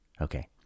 Okay